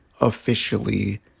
officially